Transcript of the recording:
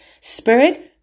spirit